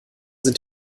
sind